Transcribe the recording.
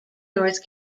north